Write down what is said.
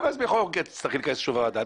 ובכל מקרה תצטרכי לכנס שוב את הוועדה.